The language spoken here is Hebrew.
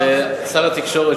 ושר התקשורת,